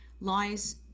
lies